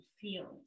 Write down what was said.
fields